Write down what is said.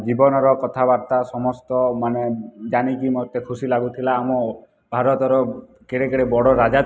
ଜୀବନର କଥାବାର୍ତ୍ତା ସମସ୍ତ ମାନେ ଜାଣିକି ମୋତେ ଖୁସି ଲାଗୁଥିଲା ଆମ ଭାରତର କେଡ଼େ କେଡ଼େ ବଡ଼ ରାଜା ଥିଲେ